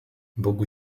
bogu